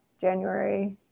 January